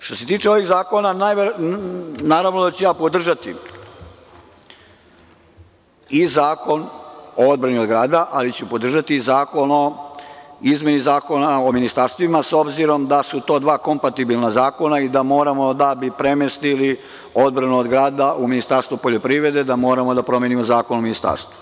Što se tiče ovih zakona, naravno da ću ja podržati i Zakon o odbrani od grada, ali ću podržati i zakon o izmeni Zakona o ministarstvima s obzirom da su to dva kompatibilna zakona i da moramo da bi premestili odbranu od grada u Ministarstvo poljoprivreda da moramo da promenimo Zakon o ministarstvu.